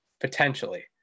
potentially